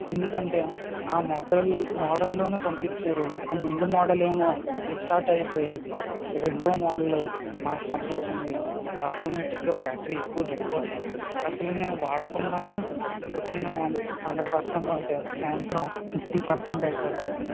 ఎందుకంటే ఆ మొబైల్ మోడల్లోనే పంపించారు ఆ ముందు మోడల్ ఏమో రీస్టార్ట్ అయిపోయేది రెండో మోడల్ మనకి పంపించింది ఆటోమేటిక్గా బ్యాటరీ ఎక్కువ దిగిపోతుంది అసలు నేను వాడకుండానే పొద్దున్న వన్ హండ్రడ్ పర్సెంట్ ఉంటే సాయంత్రం ఫిప్టీ పర్సెంట్ అయిపోసాగింది